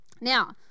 Now